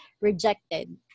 rejected